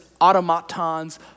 automatons